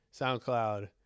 soundcloud